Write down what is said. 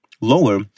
lower